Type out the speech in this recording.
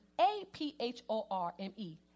A-P-H-O-R-M-E